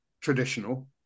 traditional